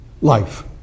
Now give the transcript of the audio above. Life